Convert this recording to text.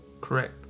Correct